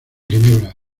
ginebra